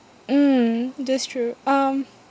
mm that's true um